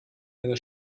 eine